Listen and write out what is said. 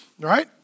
right